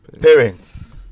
parents